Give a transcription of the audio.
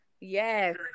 yes